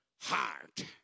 heart